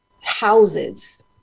houses